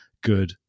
good